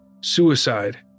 suicide